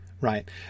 right